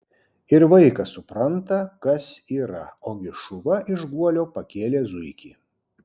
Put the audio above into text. ir vaikas supranta kas yra ogi šuva iš guolio pakėlė zuikį